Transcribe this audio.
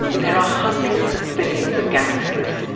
there are hundreds of billions of galaxies,